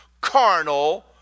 Carnal